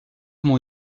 mon